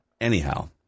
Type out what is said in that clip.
Anyhow